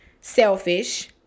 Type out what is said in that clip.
selfish